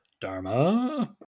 Dharma